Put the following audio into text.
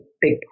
big